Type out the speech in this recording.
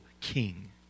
king